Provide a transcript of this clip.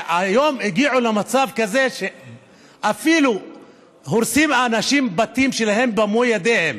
והיום הגיעו למצב כזה שאנשים אפילו הורסים בתים שלהם במו ידיהם,